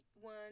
one